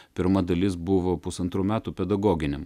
pirma dalis buvo pusantrų metų pedagoginiam